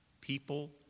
People